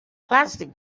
plastic